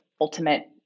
ultimate